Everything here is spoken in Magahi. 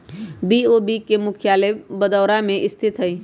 बी.ओ.बी के मुख्यालय बड़ोदरा में स्थित हइ